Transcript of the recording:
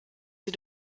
sie